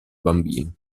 bambino